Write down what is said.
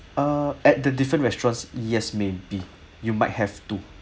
uh at the different restaurants yes maybe you might have to